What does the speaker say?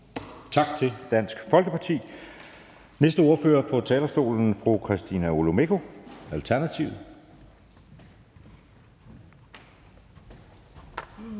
Tak til Dansk Folkeparti. Næste ordfører på talerstolen er fru Christina Olumeko, Alternativet.